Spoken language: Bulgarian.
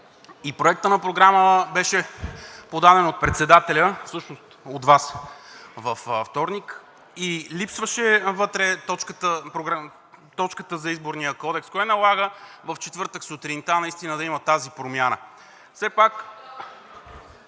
Проектът на Програмата беше подаден от председателя, всъщност от Вас, във вторник и липсваше вътре точката за Изборния кодекс, кое налага в четвъртък сутринта да я има тази промяна.